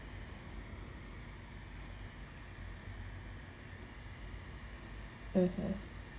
(uh huh)